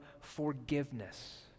forgiveness